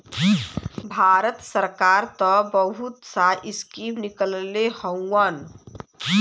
भारत सरकार त बहुत सा स्कीम निकलले हउवन